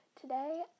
Today